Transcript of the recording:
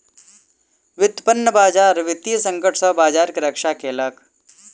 व्युत्पन्न बजार वित्तीय संकट सॅ बजार के रक्षा केलक